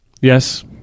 Yes